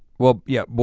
well yeah,